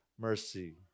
mercy